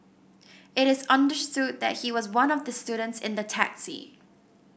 it is understood that he was one of the students in the taxi